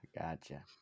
Gotcha